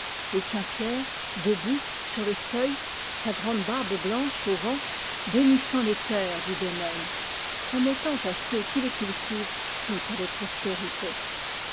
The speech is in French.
et saint pierre debout sur le seuil sa grande barbe blanche au vent bénissant les terres du domaine promettant à ceux qui les cultivent toutes les prospérités